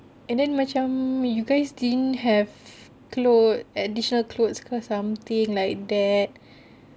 and then macam you guys didn't have clothes additional clothes ke something like that